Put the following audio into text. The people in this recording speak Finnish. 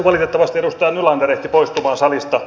valitettavasti edustaja nylander ehti poistumaan salista